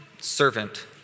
servant